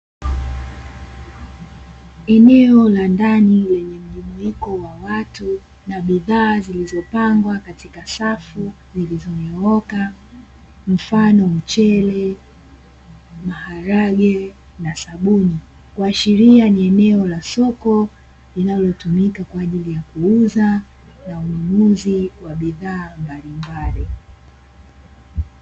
Eneo la ndani lenye mjumuiko wa watu na bidhaa zilizopangwa katika safu zilizonyooka mfano mchele, maharage na sabuni kuashiria ni eneo la soko linalotumika kwa ajili ya kuuza na ununuzi wa bidhaa mbalimbali.